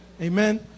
Amen